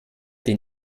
den